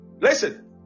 Listen